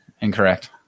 Incorrect